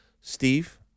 Steve